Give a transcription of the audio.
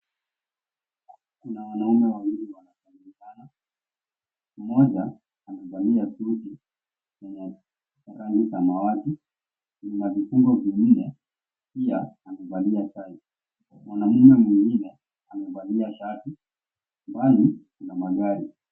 Kuna wanaume wawili wanasalimiana, mmoja amevalia koti lenye rangi samawati lina vifungo vinne, pia nakuvalia tai. Mwanamme mwingine amevalia shati. Mbali kuna magari.